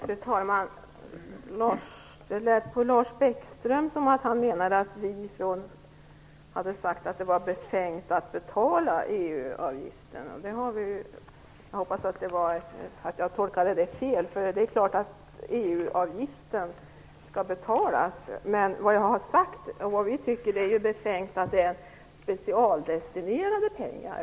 Fru talman! Det lät på Lars Bäckström som om han menade att vi hade sagt att det är befängt att betala EU-avgiften. Jag hoppas att jag tolkade det uttalandet fel. Det är klart att EU-avgiften skall betalas. Vad jag har sagt och vad vi tycker är att det är befängt att det skall vara fråga om specialdestinerade pengar.